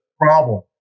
problem